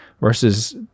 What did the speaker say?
versus